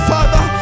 Father